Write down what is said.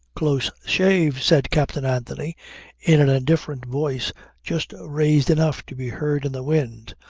close shave, said captain anthony in an indifferent voice just raised enough to be heard in the wind.